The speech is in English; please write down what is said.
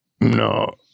No